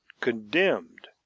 condemned